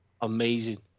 amazing